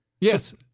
Yes